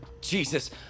Jesus